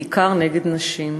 בעיקר נגד נשים,